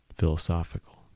philosophical